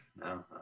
No